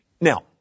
Now